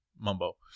mumbo